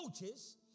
coaches